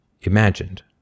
imagined